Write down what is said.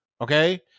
Okay